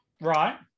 right